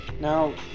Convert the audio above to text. Now